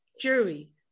jury